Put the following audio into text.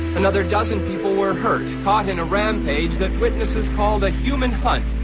another dozen people were hurt, caught in a rampage that witnesses called a human hunt,